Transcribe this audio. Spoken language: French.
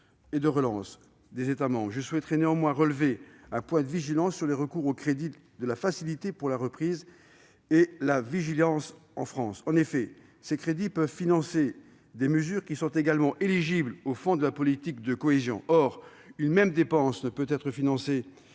et de résilience des États membres. Je souhaiterais néanmoins relayer un point de vigilance sur le recours aux crédits de la facilité pour la reprise et la résilience en France. En effet, ces crédits peuvent financer des mesures qui sont également éligibles aux fonds de la politique de cohésion. Or une même dépense ne peut être financée